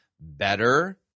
better